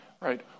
right